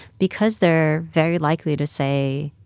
because they're very likely to say,